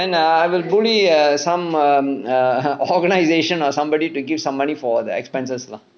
and err hopefully err some um err organisation or somebody to give some money for the expenses lah